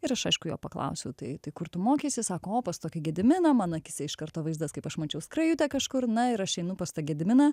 ir aš aišku jo paklausiau tai tai kur tu mokėsi sako o pas tokį gediminą man akyse iš karto vaizdas kaip aš mačiau skrajutę kažkur na ir aš einu pas tą gediminą